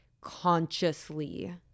consciously